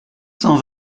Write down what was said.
cent